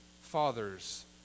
fathers